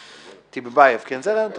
במקרה הזה שמתי